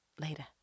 Later